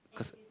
cause